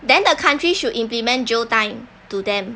then the country should implement jail time to them